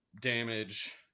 damage